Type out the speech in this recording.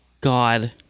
God